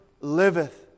liveth